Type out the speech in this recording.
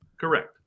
Correct